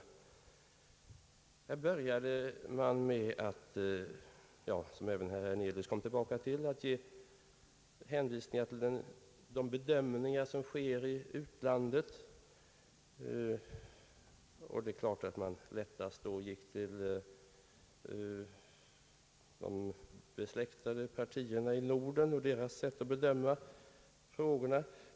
Här börjar man med att — vilket även herr Hernelius kom tillbaka till — ge hänvisningar till de bedömningar som sker i utlandet, om man gick då lättast till de besläktade partierna i Norden och deras sätt att bedöma frågorna.